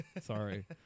sorry